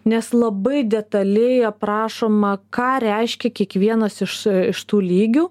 nes labai detaliai aprašoma ką reiškia kiekvienas iš iš tų lygių